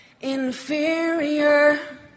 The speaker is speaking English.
inferior